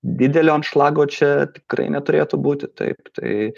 didelio anšlago čia tikrai neturėtų būti taip tai